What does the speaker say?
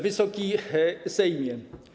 Wysoki Sejmie!